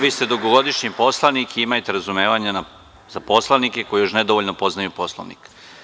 Vi ste dugogodišnji poslanik i imajte razumevanja za poslanike koji još nedovoljno poznaju Poslovnik.